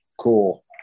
cool